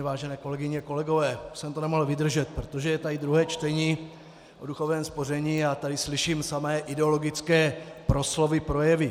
Vážené kolegyně, kolegové, už jsem to nemohl vydržet, protože je tady druhé čtení o důchodovém spoření a já tady slyším samé ideologické proslovy, projevy.